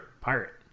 Pirate